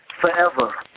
Forever